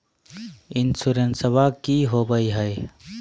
इंसोरेंसबा की होंबई हय?